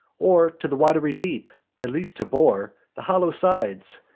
or to the wat'ry deep at least to bore the hollow sides,